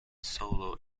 solo